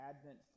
Advent